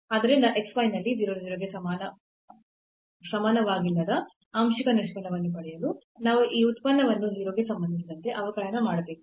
ಆದ್ದರಿಂದ x y ನಲ್ಲಿ 0 0 ಗೆ ಸಮನವಾಗಿಲ್ಲದ ಆಂಶಿಕ ನಿಷ್ಪನ್ನವನ್ನು ಪಡೆಯಲು ನಾವು ಈ ಉತ್ಪನ್ನವನ್ನು x ಗೆ ಸಂಬಂಧಿಸಿದಂತೆ ಅವಕಲನ ಮಾಡಬೇಕು